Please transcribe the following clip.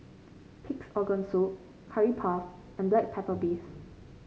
Pig's Organ Soup Curry Puff and Black Pepper Beef